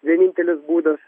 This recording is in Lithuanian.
vienintelis būdas